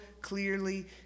clearly